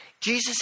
Jesus